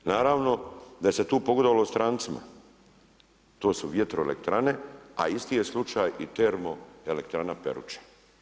Naravno da se tu pogodovalo strancima, to su vjetroelektrane a isti je slučaj i termoelektrana Peruča.